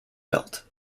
built